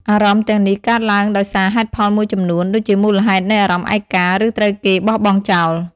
អារម្មណ៍ទាំងនេះកើតឡើងដោយសារហេតុផលមួយចំនួន ដូចជាមូលហេតុនៃអារម្មណ៍ឯកា ឬត្រូវគេបោះបង់ចោល។